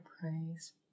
praise